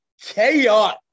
chaos